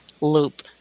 loop